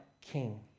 king